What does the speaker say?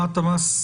הצגת רשות המיסים.